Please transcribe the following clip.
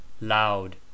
loud